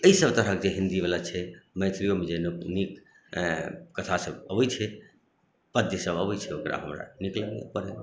एहि सभ तरहके हिन्दीवला छै मैथलियोमे जेना नीक कथासभ अबैत छै पद्यसभ अबैत छै ओकरा हमरा नीक लगैए पढ़ैमे